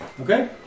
Okay